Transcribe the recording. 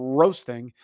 roasting